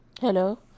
hello